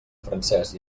francès